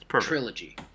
trilogy